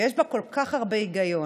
ויש בה כל כך הרבה היגיון,